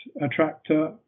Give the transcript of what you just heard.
attractor